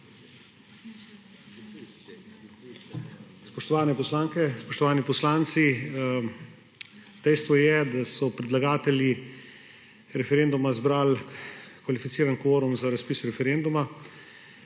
Spoštovane poslanke, spoštovani poslanci! Dejstvo je, da so predlagatelji referenduma zbrali kvalificiran kvorum za razpis referenduma.